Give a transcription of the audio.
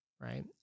right